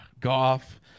Goff